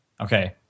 Okay